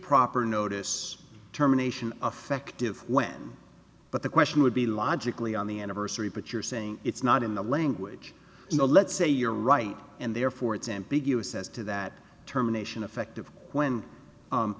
proper notice terminations affective when but the question would be logically on the anniversary but you're saying it's not in the language in the let's say you're right and therefore it's ambiguous as to that terminations effective when